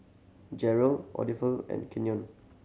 Jeryl and Kenyon